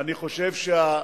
אני חושב,